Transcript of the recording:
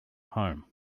home